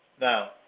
Now